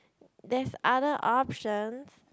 there's other option